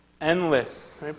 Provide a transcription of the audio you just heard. endless